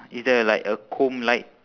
is there like a comb like